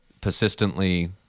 persistently